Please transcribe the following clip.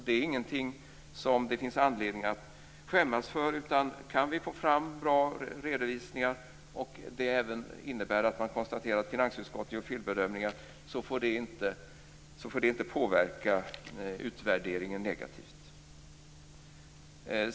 Det är ingenting som det finns anledning att skämmas för, utan kan vi få fram bra redovisningar och det även innebär att man konstaterar att finansutskottet gör felbedömningar får det inte påverka utvärderingen negativt.